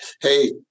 hey